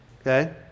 okay